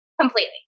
Completely